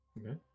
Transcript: Okay